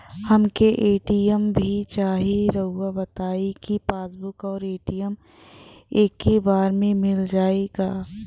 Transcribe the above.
हमके ए.टी.एम भी चाही राउर बताई का पासबुक और ए.टी.एम एके बार में मील जाई का?